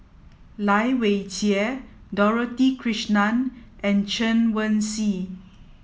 Lai Weijie Dorothy Krishnan and Chen Wen Hsi